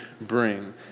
bring